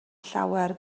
llawer